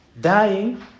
dying